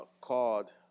called